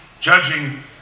judging